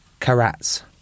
carats